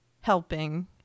helping